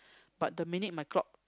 but terminate my clock